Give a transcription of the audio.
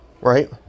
Right